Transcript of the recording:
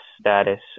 status